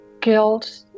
Guilt